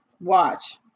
Watch